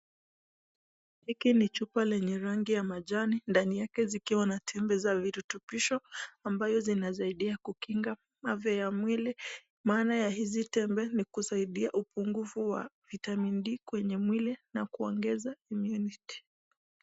Hiki ni chupa lenye rangi ya majani, ndani yake zikiwa na tembe za vitupisho ambayo zinasaidia kukinga mave ya mwili maana ya hizi tembe, ni kusaidia upunguvu wa vitamin D kwenye mwili na kuongeza immunity .